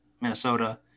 Minnesota